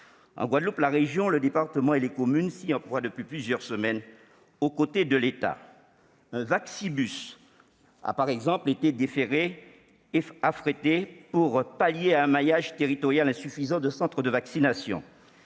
En Guadeloupe, la région, le département et les communes s'y emploient depuis plusieurs semaines aux côtés de l'État. Un « vaccibus » a ainsi été affrété pour pallier un maillage territorial insuffisant des centres de vaccination.